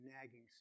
nagging